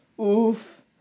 Oof